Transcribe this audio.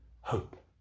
hope